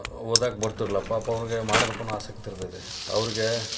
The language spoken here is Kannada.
ಓದಕ್ಕ ಬರ್ತಿರಲಿಲ್ಲ ಪಾಪ ಅವ್ನಿಗೆ ಮಾಡ್ಬೇಕು ಅನ್ನೋ ಆಸಕ್ತಿ ಇರ್ತೈತಿ ಅವ್ರಿಗೆ